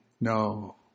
No